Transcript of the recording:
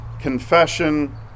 confession